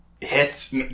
Hits